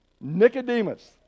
Nicodemus